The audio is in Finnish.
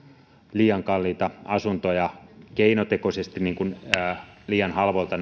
liian kalliita asuntoja jotka keinotekoisesti näyttävät halvoilta